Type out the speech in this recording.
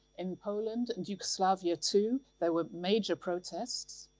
in poland and yugoslavia too, there were major protests.